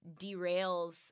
derails